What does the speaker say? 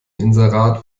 inserat